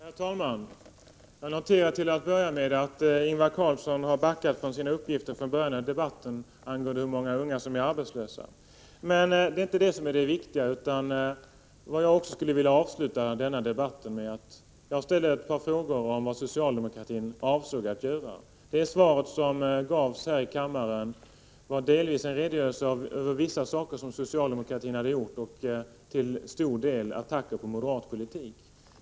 Herr talman! Jag noterar till att börja med att Ingvar Carlsson har backat från sina uppgifter tidigare i debatten angående hur många ungdomar som är arbetslösa. Men det är inte det som är det viktiga. Jag ställde ett par frågor om vad socialdemokratin avsåg att göra, och det svar som gavs här i kammaren var delvis en redogörelse för vissa saker som socialdemokratin hade gjort och till stor del attacker på moderat politik.